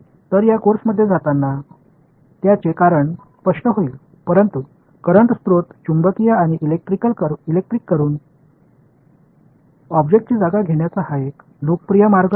तर या कोर्समध्ये जाताना त्याचे कारण स्पष्ट होईल परंतु करंट स्त्रोत चुंबकीय आणि इलेक्ट्रिक करून ऑब्जेक्टची जागा घेण्याचा हा एक लोकप्रिय मार्ग आहे